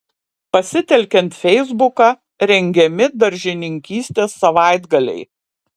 pasitelkiant feisbuką rengiami daržininkystės savaitgaliai